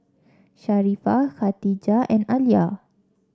Sharifah Khatijah and Alya